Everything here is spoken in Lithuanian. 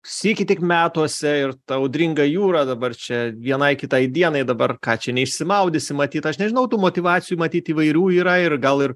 sykį tik metuose ir ta audringa jūra dabar čia vienai kitai dienai dabar ką čia neišsimaudysi matyt aš nežinau tų motyvacijų matyt įvairių yra ir gal ir